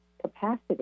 capacity